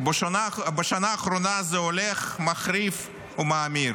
ובשנה האחרונה זה הולך ומחריף ומאמיר.